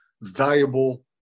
valuable